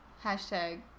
Hashtag